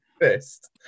fist